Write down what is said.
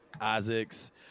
Isaacs